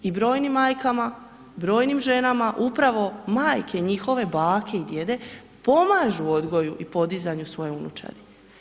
I brojnim majkama, brojnim ženama upravo majke njihove, bake i djede pomažu u odgoju i podizanju svoje unučadi.